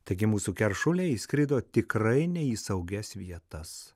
taigi mūsų keršuliai išskrido tikrai ne į saugias vietas